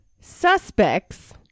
suspects